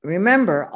Remember